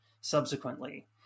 subsequently